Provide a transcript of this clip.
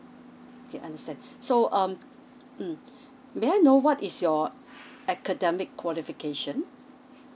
okay understand so um mm may I know what is your academic qualification